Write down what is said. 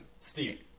Steve